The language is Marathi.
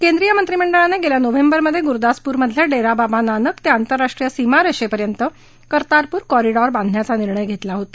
केंद्रीय मंत्रीमंडळाने गेल्या नोव्हेंबरमध्ये गुरुदासपूरमधल्या डेरा बाबा नानक ते आंतरराष्ट्रीय सीमारेषेपर्यंत कर्तारपूर कॉरिडॉर बांधण्याचा निर्णय घेतला होता